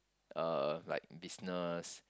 uh like business